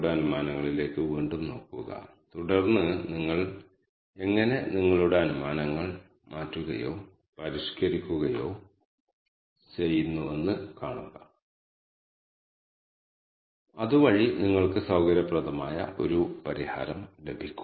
അടിസ്ഥാനപരമായി ഞാൻ NA കൾക്കൊപ്പം 10 ന്റെ 1 വലുപ്പമുള്ള ഒരു വെക്റ്റർ സൃഷ്ടിക്കുകയാണ് കൂടാതെ ക്ലസ്റ്ററുകളുടെ എന്നതിന്റെ ഒരു ഒഴിഞ്ഞ ലിസ്റ്റും ഞാൻ ആരംഭിക്കുന്നു